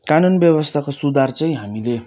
कानुन व्यवस्थाको सुधार चाहिँ हामीले